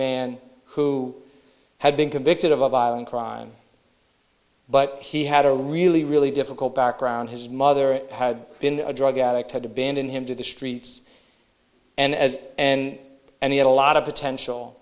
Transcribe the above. man who had been convicted of a violent crime but he had a really really difficult background his mother had been a drug addict had a been in him to the streets and as and and he had a lot of potential